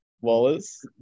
wallace